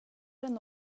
den